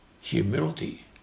Humility